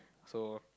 so